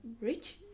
rich